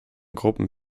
gruppen